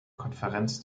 konferenz